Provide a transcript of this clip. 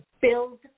build